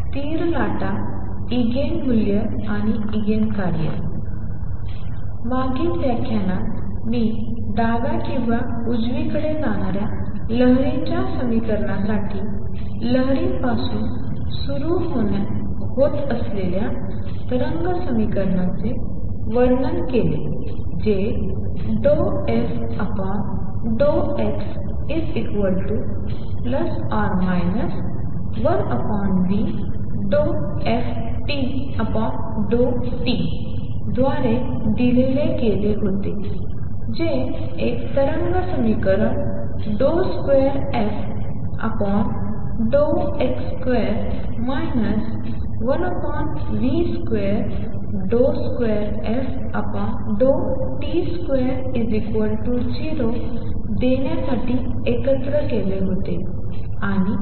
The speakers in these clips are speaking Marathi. स्थिर लाटा इगेन मूल्ये आणि इगेन कार्ये मागील व्याख्यानात मी डाव्या किंवा उजवीकडे जाणाऱ्या लहरीच्या समीकरणासाठी लहरी पासून सुरू होणाऱ्या तरंग समीकरणाचे वर्णन केले जे ∂f∂x±1v∂f∂tt द्वारे दिले गेले होते जे एक तरंग समीकरण2fx2 1v22ft20 देण्यासाठी एकत्र केले होते आणि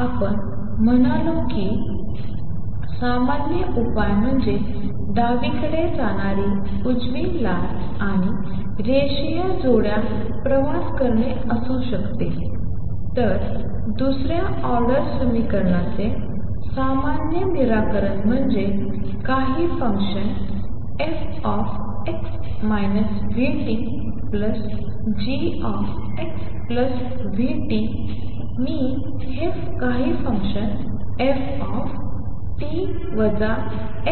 आपण म्हणालो की सामान्य उपाय म्हणजे डावीकडे जाणारी उजवी लाट आणि रेषीय जोड्या प्रवास करणे असू शकते तर दुस या ऑर्डर समीकरणाचे सामान्य निराकरण म्हणजे काही फंक्शन fx vtgxvt मी हे काही फंक्शन ft xvgtxv